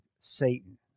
Satan